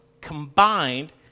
combined